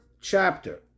chapter